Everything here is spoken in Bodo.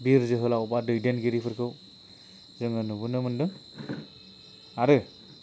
बिर जोहोलाव बा दैदेनगिरिफोरखौ जोङो नुबोनो मोनदों आरो